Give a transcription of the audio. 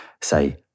say